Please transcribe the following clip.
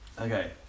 Okay